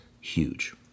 huge